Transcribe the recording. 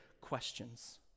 questions